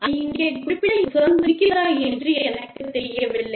அதை இங்கே குறிப்பிட எனக்குச் சுதந்திரம் இருக்கிறதா என்று எனக்குத் தெரியவில்லை